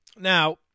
Now